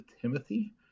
Timothy